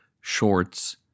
shorts